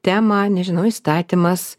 tema nežinau įstatymas